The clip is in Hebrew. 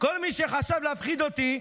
כל מי שחשב להפחיד אותי,